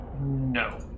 No